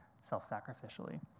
self-sacrificially